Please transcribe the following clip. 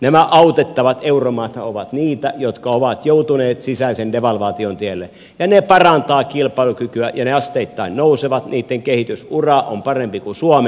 nämä autettavat euromaathan ovat niitä jotka ovat joutuneet sisäisen devalvaation tielle ja ne parantavat kilpailukykyä ja ne asteittain nousevat niitten kehitysura on parempi kuin suomen